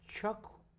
Chuck